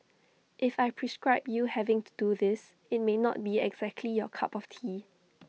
if I prescribe you having to do this IT may not be exactly your cup of tea